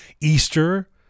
Easter